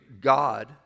god